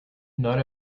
not